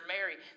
Mary